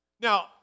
Now